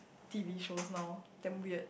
T_V shows now damn weird